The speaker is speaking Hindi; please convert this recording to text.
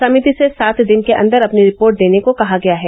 समिति से सात दिन के अन्दर अपनी रिपोर्ट देने को कहा गया है